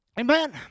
Amen